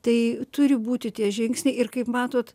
tai turi būti tie žingsniai ir kaip matot